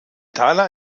taler